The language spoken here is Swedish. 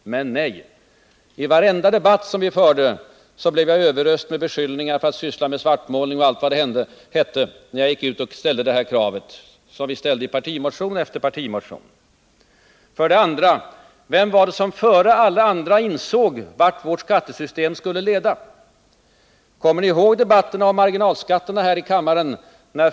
Men nej! I varenda debatt som vi förde blev jag överöst med beskyllningar för att syssla med svartmålning och allt vad det hette när jag gick ut och talade för det här kravet, som vi ställde i partimotion efter partimotion. För det andra: Vilka var det som före alla andra insåg vart vårt skattesystem skulle leda? Kommer ni ihåg debatterna om marginalskatterna här i kammaren?